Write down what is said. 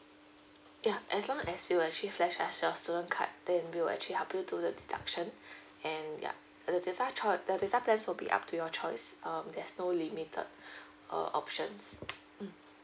ya as long as you actually flash out your student card then we'll actually help you do the deduction and ya the deduct cho~ the deduct plan will be up to your choice um there is no limited options mm